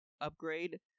upgrade